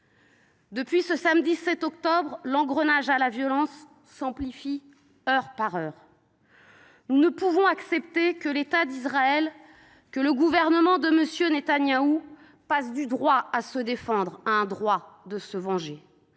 Depuis ce samedi 7 octobre, l’engrenage de la violence s’amplifie heure par heure. Nous ne pouvons accepter que l’État d’Israël, que le gouvernement de M. Netanyahou passe du droit de se défendre au droit de se venger.